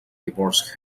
divorce